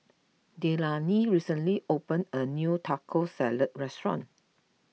Delaney recently opened a new Taco Salad restaurant